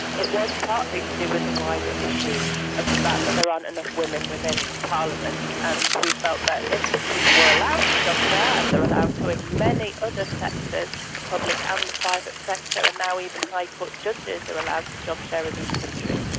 it was partly to do with the wider issue of the fact that there aren't enough women within parliament, and we felt that if people were allowed to job share, as they are allowed to in many other sectors, the public and the private sector and now even high court judges are allowed to job share in this country,